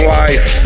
life